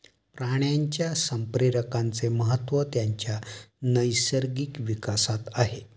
प्राण्यांच्या संप्रेरकांचे महत्त्व त्यांच्या नैसर्गिक विकासात आहे